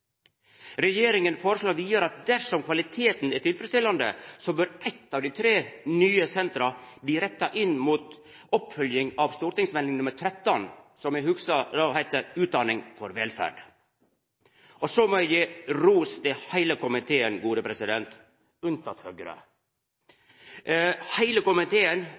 Regjeringa foreslår vidare at dersom kvaliteten er tilfredsstillande, så bør eitt av dei tre nye sentra bli retta inn mot oppfølging av St. meld. nr. 13 for 2011–2012, Utdanning for velferd. Eg må gje ros til heile komiteen, unnateke Høgre. Heile komiteen